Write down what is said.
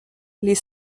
les